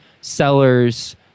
seller's